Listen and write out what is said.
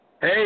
Hey